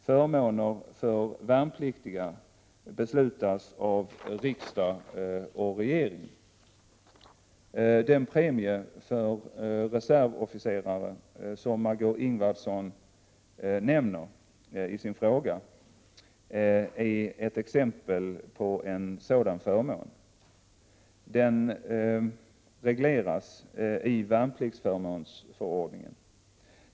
Förmåner till värnpliktiga beslutas av riksdag och z sf å av vårdoch omsorgsregering. Den premie till reservofficerare som Margö Ingvardsson nämner i personal sin fråga är ett exempel på en sådan förmån. Den regleras i värnpliktsförmånsförordningen.